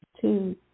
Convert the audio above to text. two